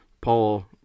Paul